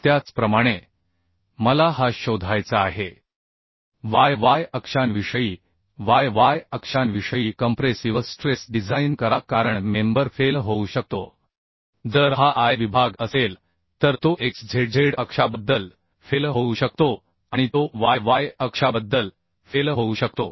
त्याचप्रमाणे मला हा शोधायचा आहे y y अक्षांविषयी कंप्रेसिव्ह स्ट्रेस डिझाइन करा कारण मेंबर फेल होऊ शकतो जर हा I विभाग असेल तर तो x z z अक्षाबद्दल फेल होऊ शकतो आणि तो y y अक्षाबद्दल फेल होऊ शकतो